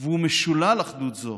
והוא משולל אחדות זו